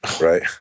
right